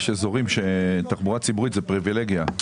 יש אזורים שתחבורה ציבורית היא פריבילגיה.